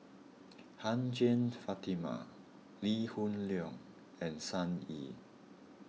Hajjah Fatimah Lee Hoon Leong and Sun Yee